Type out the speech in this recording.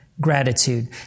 gratitude